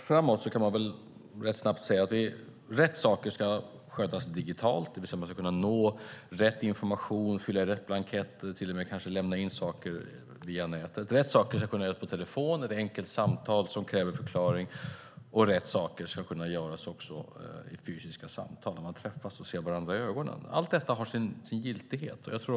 Fru talman! Vissa saker ska kunna skötas digitalt. Man ska kunna nå rätt information, fylla i rätt blankett och kanske skicka in saker via nätet. Vissa saker ska kunna göras per telefon om det krävs förklaringar vid ett samtal. Vissa saker ska kunna göras vid fysiska möten där man träffas och ser varandra i ögonen. Allt har sin giltighet.